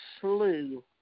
slew